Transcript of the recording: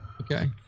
Okay